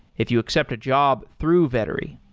if you accept a job through vettery.